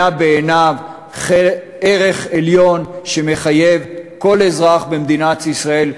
היה בעיניו ערך עליון שמחייב כל אזרח במדינת ישראל,